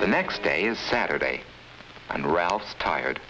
the next day is saturday and ralph's tired